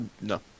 No